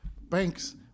Banks